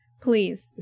Please